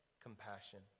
compassion